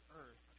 earth